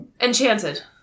Enchanted